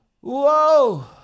Whoa